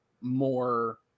more